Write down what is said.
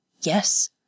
Yes